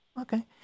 okay